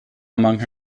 amongst